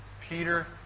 Peter